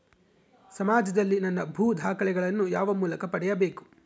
ಸಮಾಜದಲ್ಲಿ ನನ್ನ ಭೂ ದಾಖಲೆಗಳನ್ನು ಯಾವ ಮೂಲಕ ಪಡೆಯಬೇಕು?